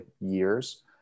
years